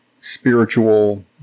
spiritual